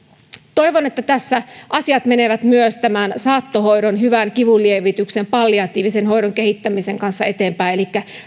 toivon että tässä asiat menevät myös tämän saattohoidon hyvän kivunlievityksen palliatiivisen hoidon kehittämisen kanssa eteenpäin elikkä